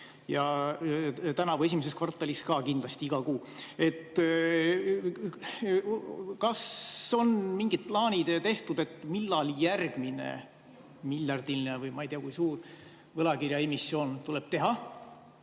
tänavu esimeses kvartalis ka kindlasti iga kuu. Kas on mingid plaanid tehtud, millal järgmine miljardiline või ei tea kui suur võlakirjaemissioon tuleb teha